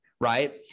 right